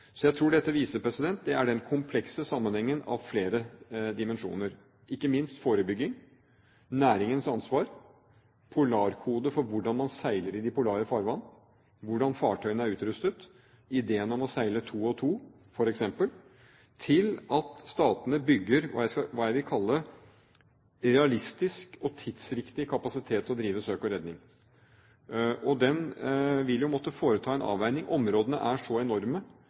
Så jeg tror dette viser den komplekse sammenhengen av flere dimensjoner, fra ikke minst forebygging, næringens ansvar, polarkode for hvordan man seiler i de polare farvann, hvordan fartøyene er utrustet, ideen om å seile to og to, f.eks., til at statene bygger hva jeg vil kalle realistisk og tidsriktig kapasitet til å drive søk og redning. Den vil måtte foreta en avveining. Områdene er så enorme